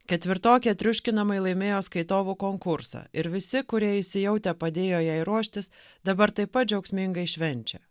ketvirtokė triuškinamai laimėjo skaitovų konkursą ir visi kurie įsijautę padėjo jai ruoštis dabar taip pat džiaugsmingai švenčia